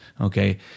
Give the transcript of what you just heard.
Okay